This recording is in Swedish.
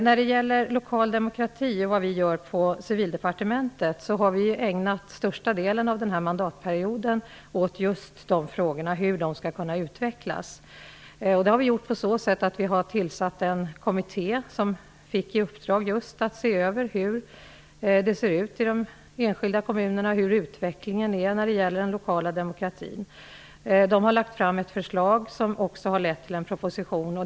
Vidare var det frågan om vad vi gör på Civildepartementet angående lokal demokrati. Vi har ägnat största delen av denna mandatperiod åt just hur detta skall utvecklas. Vi tillsatte en kommitté som fick i uppdrag att se över utvecklingen av den lokala demokratin i de enskilda kommunerna. Förslag har lagts fram som har lett fram till en proposition.